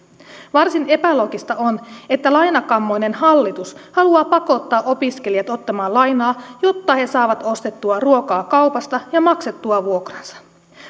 varsin epäloogista on että lainakammoinen hallitus haluaa pakottaa opiskelijat ottamaan lainaa jotta he saavat ostettua ruokaa kaupasta ja maksettua vuokransa